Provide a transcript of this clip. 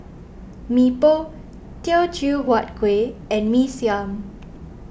Mee Pok Teochew Huat Kueh and Mee Siam